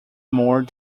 more